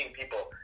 people